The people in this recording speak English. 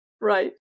Right